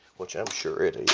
which i'm sure it